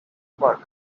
park